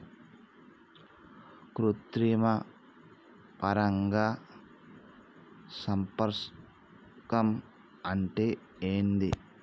కృత్రిమ పరాగ సంపర్కం అంటే ఏంది?